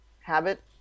Habit